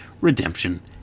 redemption